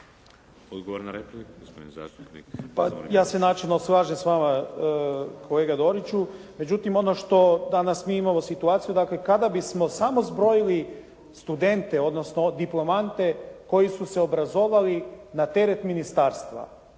Mršić. **Mršić, Zvonimir (SDP)** Pa ja se načelno slažem s vama kolega Doriću. Međutim, ono što danas mi imamo situaciju, dakle kada bismo samo zbrojili studente, odnosno diplomante koji su se obrazovali na teret ministarstva